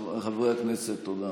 חברי הכנסת, תודה.